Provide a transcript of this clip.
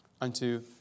unto